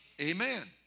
Amen